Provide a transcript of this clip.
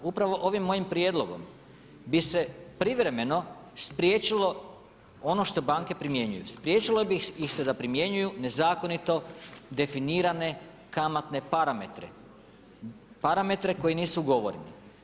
Upravo ovim mojim prijedlogom bi se privremeno spriječilo ono što banke primjenjuju, spriječilo bi ih se da primjenjuju nezakonito definirane kamatne parametre, parametre koji nisu ugovoreni.